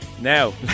Now